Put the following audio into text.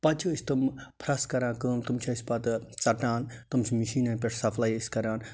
پتہٕ چھِ أسۍ تِمہٕ پھرٛٮ۪س کَران کٲم تِم چھِ أسۍ پتہٕ ژٹان تِم چھِ مِشیٖنٮ۪ن پٮ۪ٹھ سپلَے أسۍ کَران